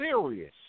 serious